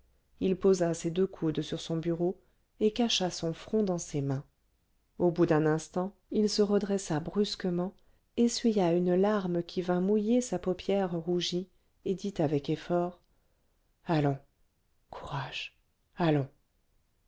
il posa ses deux coudes sur son bureau et cacha son front dans ses mains au bout d'un instant il se redressa brusquement essuya une larme qui vint mouiller sa paupière rougie et dit avec effort allons courage allons